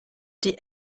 die